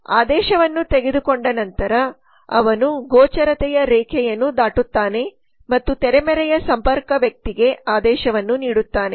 ಆದೇಶವನ್ನು ತೆಗೆದುಕೊಂಡ ನಂತರ ಅವನು ಗೋಚರತೆಯ ರೇಖೆಯನ್ನು ದಾಟುತ್ತಾನೆ ಮತ್ತು ತೆರೆಮರೆಯ ಸಂಪರ್ಕ ವ್ಯಕ್ತಿಗೆ ಆದೇಶವನ್ನು ನೀಡುತ್ತಾನೆ